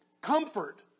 Comfort